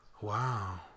Wow